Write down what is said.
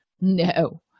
no